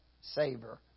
savor